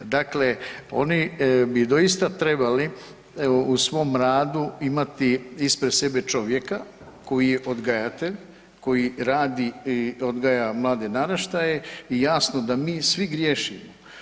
Dakle, oni bi doista trebali evo u svom radu imati ispred sebe čovjeka koji je odgajatelj, koji radi i odgaja mlade naraštaje i jasno da mi svi griješimo.